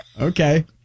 Okay